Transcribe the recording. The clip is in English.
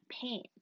pain